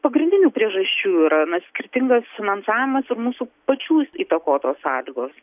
pagrindinių priežasčių yra na skirtingas finansavimas ir mūsų pačių į įtakotos sąlygos